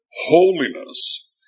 holiness